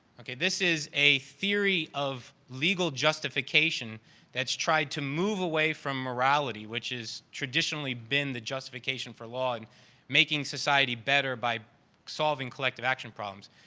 okay, this is a theory of legal justification that's tried to move away from morality, which is traditionally been the justification for law and making society better by solving collective action problems.